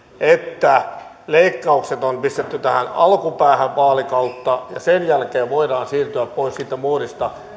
että leikkaukset on pistetty tähän alkupäähän vaalikautta ja sen jälkeen voidaan siirtyä pois siitä moodista